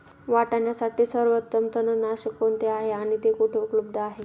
वाटाण्यासाठी सर्वोत्तम तणनाशक कोणते आहे आणि ते कुठे उपलब्ध आहे?